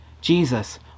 Jesus